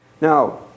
Now